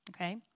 Okay